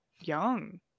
young